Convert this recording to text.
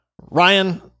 Ryan